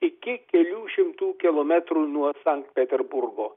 iki kelių šimtų kilometrų nuo sankt peterburgo